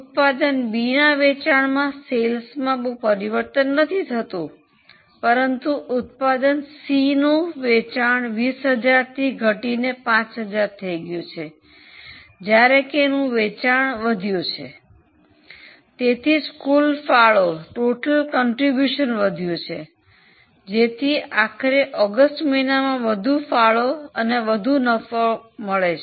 ઉત્પાદન બીના વેચાણમાં બહુ પરિવર્તન નથી થતું પરંતુ ઉત્પાદન સીનું વેચાણ 20000 થી ઘટીને 5000 થઈ ગયું છે જ્યારે કે એનું વેચાણ વધ્યું છે તેથી જ કુલ ફાળો વધ્યો છે જેથી આખરે ઓગસ્ટ મહિનામાં વધુ ફાળો અને નફો મળે છે